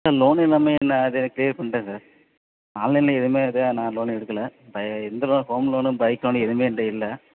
sir loan எல்லாமே இல்லை அது க்ளியர் பண்ணிகிட்டேன் சார் ஆன்லைனில் எதுவுமே இது நான் லோன் எடுக்கல ஆ இந்த loan home loan bike loan எதுவுமே என்கிட்ட இல்லை